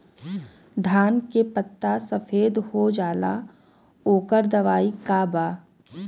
धान के पत्ता सफेद हो जाला ओकर दवाई का बा?